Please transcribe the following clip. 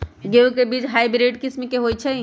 गेंहू के बीज हाइब्रिड किस्म के होई छई?